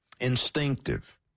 Instinctive